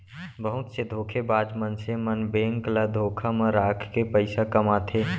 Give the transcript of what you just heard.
बहुत से धोखेबाज मनसे मन बेंक ल धोखा म राखके पइसा कमाथे